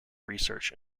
research